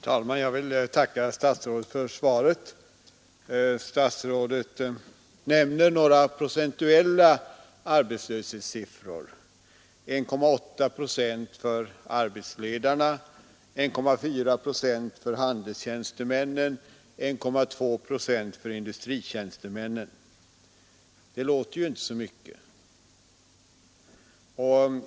Herr talman! Jag vill tacka statsrådet för svaret. Statsrådet nämnde några procentuella arbetslöshetssiffror: 1,8 procent för arbetsledarna, 1,4 procent för handelstjänstemännen och 1,2 procent för industritjänstemännen. Det låter ju inte som så mycket.